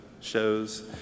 shows